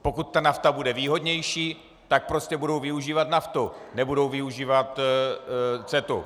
Pokud ta NAFTA bude výhodnější, tak budou využívat NAFTA, nebudou využívat CETA.